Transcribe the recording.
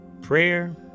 prayer